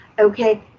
Okay